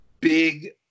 big